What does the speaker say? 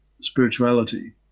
spirituality